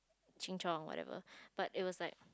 ching-chong whatever but it was like